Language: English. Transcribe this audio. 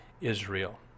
Israel